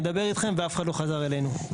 נדבר אתכם" ואף אחד לא חזר אלינו.